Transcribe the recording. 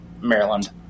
Maryland